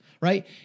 right